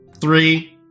three